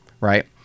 right